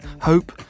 Hope